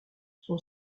son